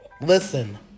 listen